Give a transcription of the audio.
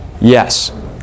Yes